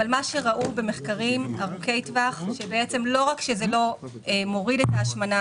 ראו במחקרים ארוכי-טווח שלא רק שזה לא מוריד את ההשמנה